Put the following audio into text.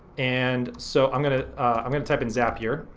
and so i'm gonna i'm gonna type in zapier,